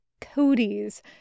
Cody's